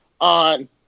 on